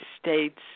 states